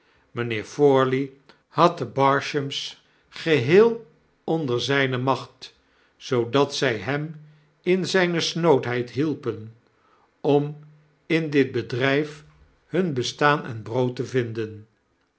had de barshams geheel onder zpe macht zoodat zy hem in zpe snoodheid hielpen om in dit bedrijf hun bestaan en hun brood te vinden